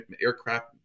aircraft